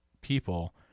people